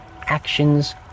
actions